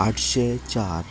आठशें चार